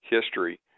history